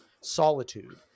solitude